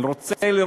אני רוצה לראות